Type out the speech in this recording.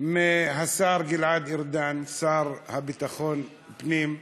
מאוד שהשר גלעד ארדן, השר לביטחון פנים,